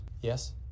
Yes